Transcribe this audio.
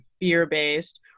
fear-based